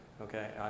okay